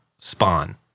spawn